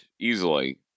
easily